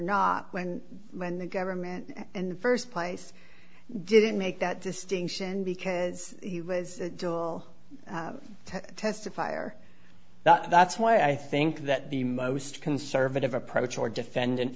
not when when the government and the first place didn't make that distinction because he was to testify or not that's why i think that the most conservative approach or defendant